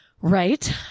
Right